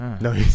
No